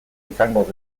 izango